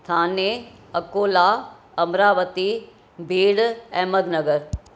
Thane Akola Amravati Beed Ahmad Nagar